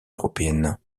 européenne